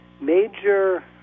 Major